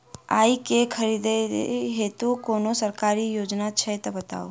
आइ केँ खरीदै हेतु कोनो सरकारी योजना छै तऽ बताउ?